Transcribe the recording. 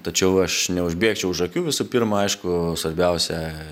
tačiau aš neužbėgąiau už akių visų pirma aišku svarbiausia